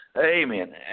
Amen